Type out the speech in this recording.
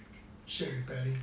ship repairing